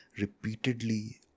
repeatedly